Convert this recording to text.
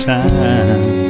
time